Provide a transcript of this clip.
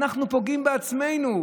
אנחנו פוגעים בעצמנו.